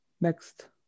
next